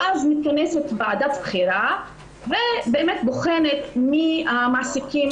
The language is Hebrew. ואז מתכנסת ועדת בחירה ובוחנת מי המעסיקים